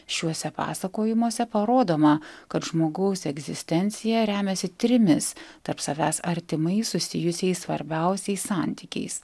šiuose pasakojimuose parodoma kad žmogaus egzistencija remiasi trimis tarp savęs artimai susijusiais svarbiausiais santykiais